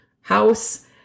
house